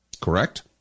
Correct